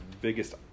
biggest